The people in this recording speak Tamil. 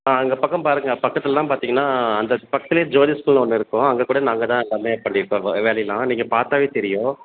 ஆ அங்கே பக்கம் பாருங்கள் பக்கத்துல தான் பார்த்திங்கனா அந்த பக்கத்துல ஜோதி ஸ்கூல்ன்னு ஒன்று இருக்கும் அங்கே கூட நாங்க தான் செமையாக பண்ணிருப்போம் வேலையலாம் நீங்கள் பார்த்தாவே தெரியும்